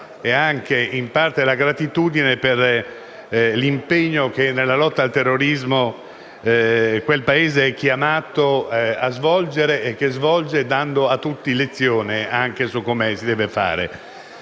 nonché la gratitudine per l'impegno nella lotta al terrorismo che quel Paese è chiamato a svolgere e che svolge dando a tutti lezione su come lo si deve fare.